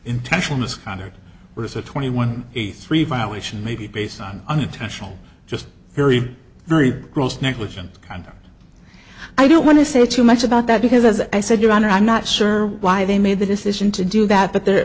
intentional misconduct there is a twenty one a three violation maybe based on unintentional just very very gross negligence and i don't want to say too much about that because as i said your honor i'm not sure why they made the decision to do that but there